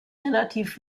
relativ